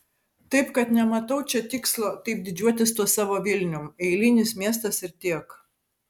taip kad nematau čia tikslo taip didžiuotis tuo savo vilnium eilinis miestas ir tiek